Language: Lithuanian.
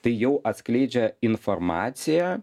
tai jau atskleidžia informaciją